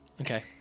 Okay